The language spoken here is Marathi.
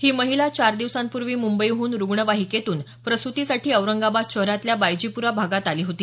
ही महिला चार दिवसांपूर्वी मुंबईहून रुग्णवाहिकेतून प्रसुतीसाठी औरंगाबाद शहरातल्या बायजीपुरा भागात आली होती